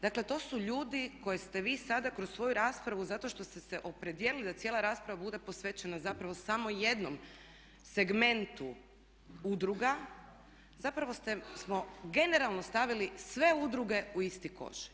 Dakle, to su ljudi koje ste vi sada kroz svoju raspravu zato što ste se opredijelili da cijela rasprava bude posvećena zapravo samo jednom segmentu udruga zapravo smo generalno stavili sve udruge u isti koš.